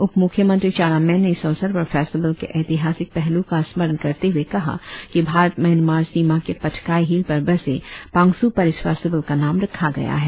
उपमुख्यमंत्री चाउना मैन ने इस अवसर पर फेस्टिवल के एतिहासिक पहलू का स्मरण करते हुए कहा कि भारत म्यांमार सीमा के पटकाई हिल पर बसे पांगसू पर इस फेस्टिवल का नाम रखा गया है